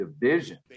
division